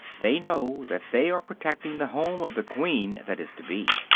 they know that they are protecting the home of the queen that is to be.